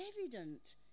evident